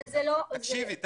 תקשיבי,